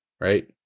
right